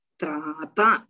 trata